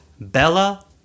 Bella